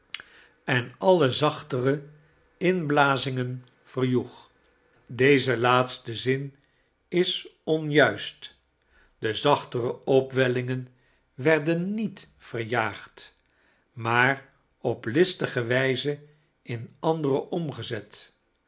en alle zachtere inblazingen verjoeg deze laatste zin is onjuist de zaehtere opwellingen werden niet verjaagd maar op listige wijze in andere omgezet